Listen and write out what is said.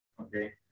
Okay